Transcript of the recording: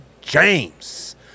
James